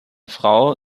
frau